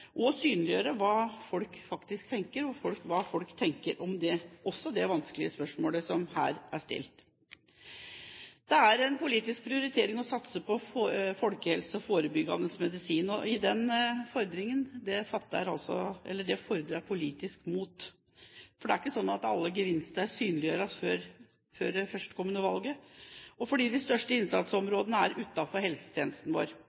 synliggjøre hva folk faktisk tenker, og hva folk tenker om også det vanskelige spørsmålet som er stilt her. Det er en politisk prioritering å satse på folkehelse og forebyggende medisin. Denne fordrer politisk mot, for det er ikke slik at alle gevinster synliggjøres før førstkommende valg, og fordi de største innsatsområdene er utenfor helsetjenesten vår.